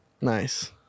Nice